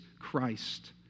Christ